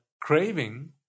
craving